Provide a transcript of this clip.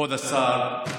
כבוד השר,